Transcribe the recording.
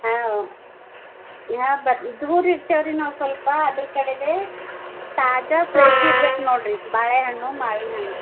ಹಾಂ ಹಾಂ ಬರ ದೂರ ಇರ್ತೇವೆರಿ ನಾವು ಸ್ವಲ್ಪ ಅದರ ಕಡೇದೆ ತಾಜಾ ಫ್ರೆಶ್ ಇರ್ಬೇಕು ನೋಡಿರಿ ಬಾಳೆಹಣ್ಣು ಮಾವಿನ ಹಣ್ಣು